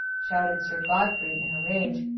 shouted sir godfrey in a rage.